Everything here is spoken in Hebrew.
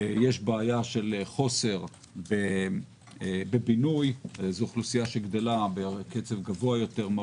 יש בעיה של חוסר בבינוי זו אוכלוסייה שגדלה בקצב גבוה יותר מן